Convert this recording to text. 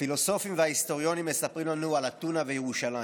הפילוסופים וההיסטוריונים מספרים לנו על אתונה וירושלים,